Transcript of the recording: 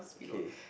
okay